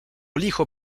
licho